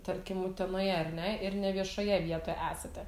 tarkim utenoje ar ne ir neviešoje vietoj esate